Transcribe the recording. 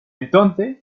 entonces